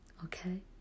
Okay